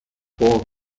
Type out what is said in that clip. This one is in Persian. اوه